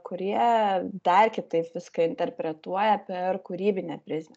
kurie dar kitaip viską interpretuoja per kūrybinę prizmę